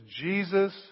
Jesus